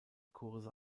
kurse